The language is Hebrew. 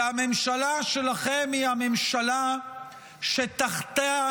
כי הממשלה שלכם היא הממשלה שתחתיה,